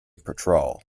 patrol